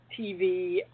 TV